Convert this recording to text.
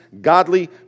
godly